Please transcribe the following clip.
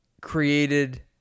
created